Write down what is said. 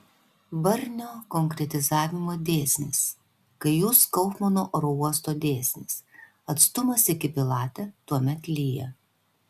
barnio konkretizavimo dėsnis kai jūs kaufmano oro uostų dėsnis atstumas iki pilate tuomet lyja